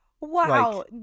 Wow